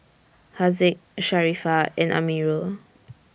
Haziq Sharifah and Amirul